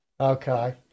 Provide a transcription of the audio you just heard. Okay